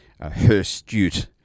herstute